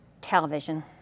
television